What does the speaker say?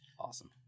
Awesome